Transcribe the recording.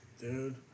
Dude